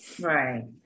right